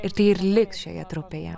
ir tai ir liks šioje trupėje